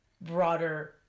broader